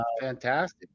fantastic